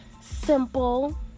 simple